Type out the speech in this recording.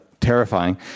terrifying